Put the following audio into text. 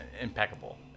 impeccable